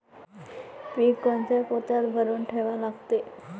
पीक कोनच्या पोत्यात भरून ठेवा लागते?